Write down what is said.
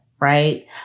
right